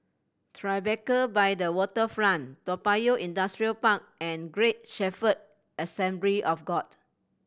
Tribeca by the Waterfront Toa Payoh Industrial Park and Great Shepherd Assembly of God